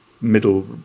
middle